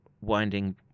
winding